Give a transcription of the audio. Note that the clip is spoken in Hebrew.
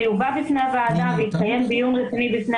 זה יובא בפני הוועדה ויתקיים דיון רציני בפני